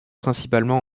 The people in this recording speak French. principalement